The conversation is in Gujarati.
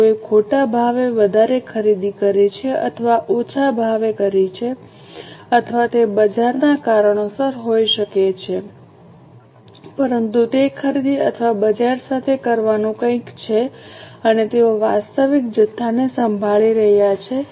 તેઓએ ખોટા ભાવે વધારે ખરીદી કરી છે અથવા ઓછા ભાવે કરી છે અથવા તે બજારના કારણોસર હોઈ શકે છે પરંતુ તે ખરીદી અથવા બજાર સાથે કરવાનું કંઈક છે અને તેઓ વાસ્તવિક જથ્થાને સંભાળી રહ્યા છે